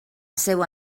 seua